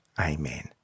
Amen